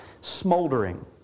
smoldering